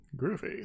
groovy